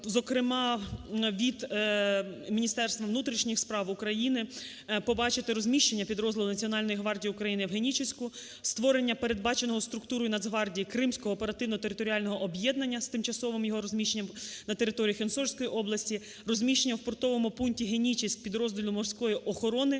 зокрема від Міністерства внутрішніх справ України побачити розміщення підрозділу Національної гвардії України в Генічеську, створення передбаченого структурою Нацгвардії Кримського оперативно-територіального об'єднання з тимчасовим його розміщенням на території Херсонської області, розміщення в портовому пункті "Генічеськ" підрозділу морської охорони